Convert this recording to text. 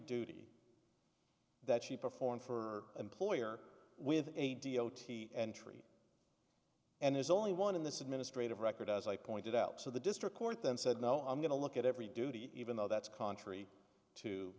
duty that she performed for employer with a d o t entry and there's only one in this administrative record as i pointed out so the district court then said no i'm going to look at every duty even though that's contrary to